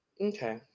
Okay